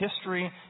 history